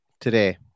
today